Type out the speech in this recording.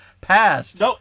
passed